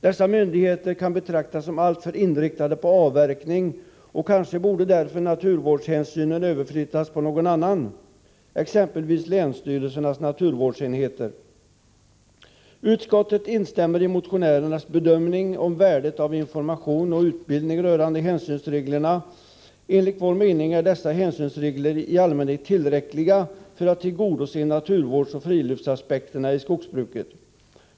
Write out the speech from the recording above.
Dessa myndigheter kan betraktas som alltför inriktade på avverkning, och kanske borde därför naturvårdshänsynen överflyttas på någon annan, exempelvis länsstyrelsernas naturvårdsenheter. Utskottet instämmer i motionärernas bedömning om värdet av information och utbildning rörande hänsynsreglerna. Enligt vår mening är dessa hänsynsregler i allmänhet tillräckliga för att tillgodose naturvårdsoch friluftsaspekterna i skogsbruket.